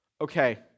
okay